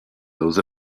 those